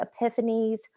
epiphanies